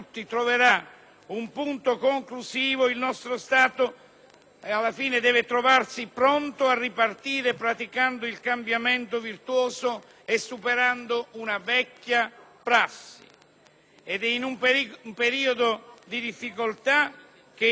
alla fine deve trovarsi pronto a ripartire praticando il cambiamento virtuoso e superando una vecchia prassi. Ed è in un periodo di difficoltà che è giusto mettere a fuoco il festival degli sprechi